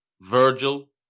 Virgil